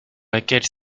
laquelle